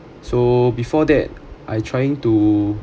so before that I trying to